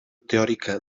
teòrica